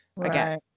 Again